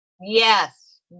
Yes